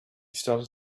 started